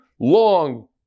long